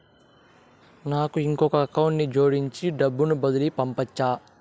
నాకు ఇంకొక అకౌంట్ ని జోడించి డబ్బును బదిలీ పంపొచ్చా?